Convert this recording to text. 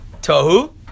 tohu